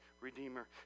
redeemer